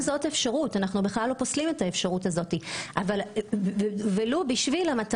אפשרויות שאנחנו לא פוסלים ולו רק על מנת